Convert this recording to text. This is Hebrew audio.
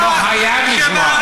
אתה לא חייב לשמוע.